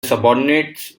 subordinates